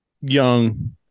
young